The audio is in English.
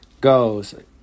goes